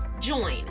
Join